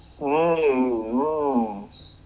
Mmm